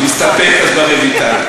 אז נסתפק ברויטל.